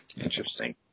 interesting